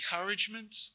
encouragement